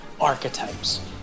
archetypes